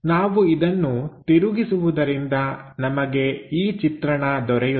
ನಾವು ಇದನ್ನು ತಿರುಗಿಸುವುದರಿಂದ ನಮಗೆ ಈ ಚಿತ್ರಣ ದೊರೆಯುತ್ತದೆ